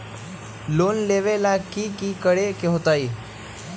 Loan लेबे ला की कि करे के होतई?